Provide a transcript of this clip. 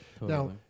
Now